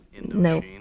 no